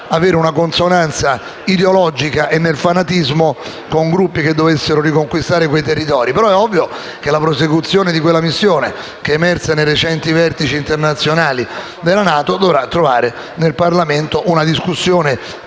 avere una consonanza ideologica e nel fanatismo con gruppi che dovessero riconquistare quei territori. È ovvio che la prosecuzione di quella missione, come è emerso nei recenti vertici internazionali della NATO, dovrà trovare nel Parlamento una discussione